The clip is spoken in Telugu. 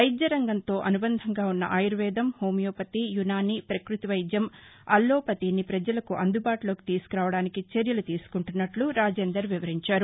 వైద్య రంగంతో అనుబంధంగా ఉన్న ఆయుర్వేదం హూమియోపతి యునానీ ప్రకృతి వైద్యం అల్లోపతిని ప్రజలకు అందుబాటులోకి తీసుకురావడానికి చర్యలు తీసుకుంటున్నట్లు రాజేందర్ వివరించారు